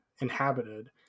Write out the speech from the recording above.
inhabited